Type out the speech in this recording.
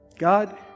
God